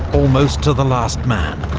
almost to the last man.